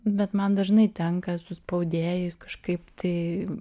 bet man dažnai tenka su spaudėjais kažkaip tai